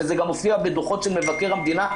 וזה גם מופיע בדוחות של מבקר המדינה,